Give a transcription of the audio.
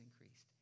increased